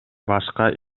башка